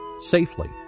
safely